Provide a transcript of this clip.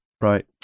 right